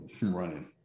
running